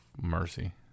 Mercy